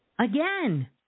Again